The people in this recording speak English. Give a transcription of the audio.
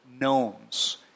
gnomes